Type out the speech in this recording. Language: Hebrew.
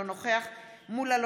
אינו נוכח פטין מולא,